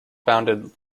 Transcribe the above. founded